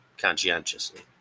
conscientiously